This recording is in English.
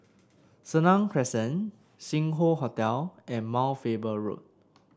Senang Crescent Sing Hoe Hotel and Mount Faber Road